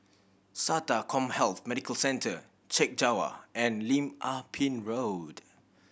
SATA CommHealth Medical Centre Chek Jawa and Lim Ah Pin Road